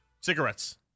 cigarettes